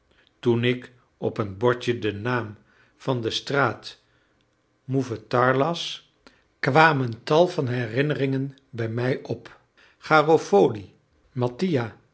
toen ik op een bordje den naam van de straat mouffetard las kwamen tal van herinneringen bij mij op garofoli mattia